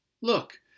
Look